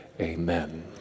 amen